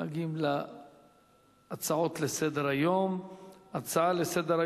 מגיעים להצעות לסדר-היום בנושא: